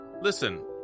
Listen